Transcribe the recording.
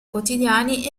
quotidiani